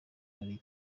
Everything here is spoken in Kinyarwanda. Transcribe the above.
kare